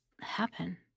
happen